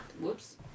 Whoops